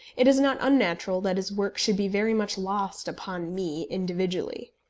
it is not unnatural that his work should be very much lost upon me individually.